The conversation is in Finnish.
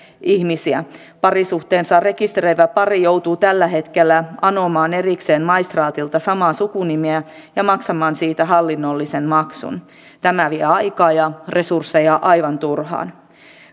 ihmisiä parisuhteensa rekisteröivä pari joutuu tällä hetkellä anomaan erikseen maistraatilta samaa sukunimeä ja maksamaan siitä hallinnollisen maksun tämä vie aikaa ja resursseja aivan turhaan